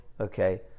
Okay